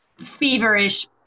feverish